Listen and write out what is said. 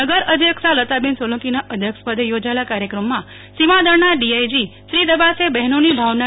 નગરઅધ્યક્ષા લતાબેન સોલંકીના અધ્યક્ષપદે યોજાયેલા કાર્યક્રમમાં સીમા દળના ડીઆઇજી શ્રી દબાસે બહેનોની ભાવનાને બિરદાવી હતી